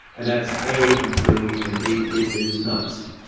and that's a, untrue. and b, it is nuts.